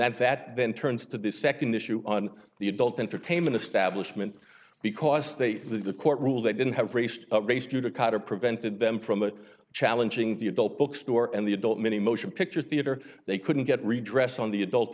that that then turns to the second issue on the adult entertainment establishment because they think the court ruled they didn't have raised res judicata prevented them from it challenging the adult bookstore and the adult many motion picture theater they couldn't get redress on the adult